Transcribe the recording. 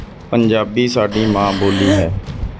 ਪੰਜਾਬੀ ਸਾਡੀ ਮਾਂ ਬੋਲੀ ਹੈ